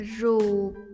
rope